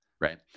right